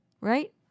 Right